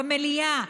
במליאה,